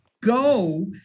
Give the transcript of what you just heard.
go